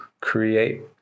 create